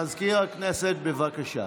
מזכיר הכנסת, בבקשה.